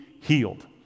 healed